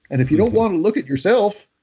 and if you don't want to look at yourself,